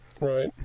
Right